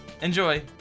Enjoy